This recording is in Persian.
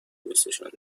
دوسشون